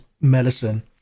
medicine